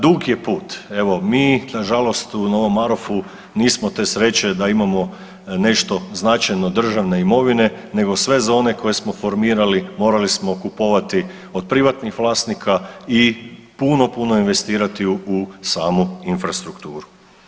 Dug je put, evo mi nažalost u Novom Marofu nismo te sreće da imamo nešto značajno državne imovine nego sve za one koje smo formirali, morali smo kupovati od privatnih vlasnika i puno, puno investirati u samu infrastrukturu.